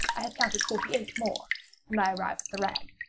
i had counted forty-eight more when i arrived at the rag.